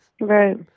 Right